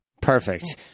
Perfect